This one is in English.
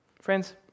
Friends